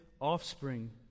offspring